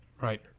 Right